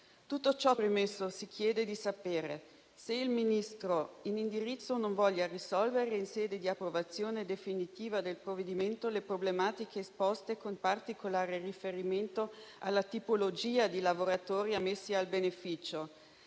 Tutto ciò premesso, si chiede di sapere se il Ministro in indirizzo non voglia risolvere, in sede di approvazione definitiva del provvedimento, le problematiche esposte, con particolare riferimento alla tipologia di lavoratori ammessi al beneficio;